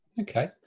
Okay